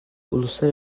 uluslar